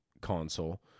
console